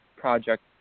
project